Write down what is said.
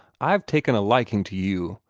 i have taken a liking to you.